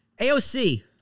AOC